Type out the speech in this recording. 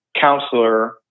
counselor